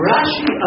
Rashi